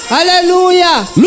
Hallelujah